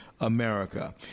America